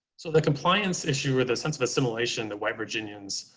so the compliance issue with a sense of assimilation, the white virginians,